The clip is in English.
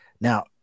now